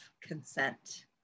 consent